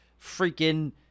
freaking